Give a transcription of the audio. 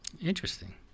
Interesting